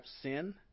sin